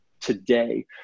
today